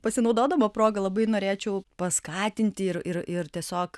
pasinaudodama proga labai norėčiau paskatinti ir ir ir tiesiog